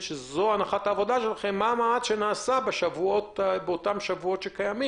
שנעשה בשלושת השבועות המדוברים.